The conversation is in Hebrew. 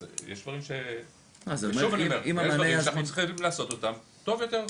יש דברים שאנחנו חייבים לעשות אותם טוב יותר.